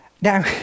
Now